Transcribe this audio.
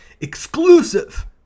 Exclusive